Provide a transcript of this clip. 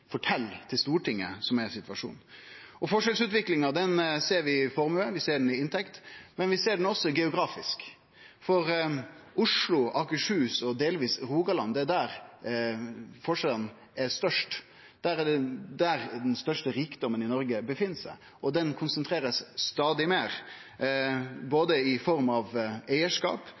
til Stortinget, som er situasjonen. Forskjellsutviklinga ser vi i formue, vi ser ho i inntekt, men vi ser ho også geografisk, for det er i Oslo, i Akershus og delvis i Rogaland at forskjellane er størst. Det er der ein finn den største rikdommen i Noreg, som blir stadig meir konsentrert i form av eigarskap,